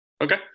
Okay